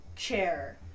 chair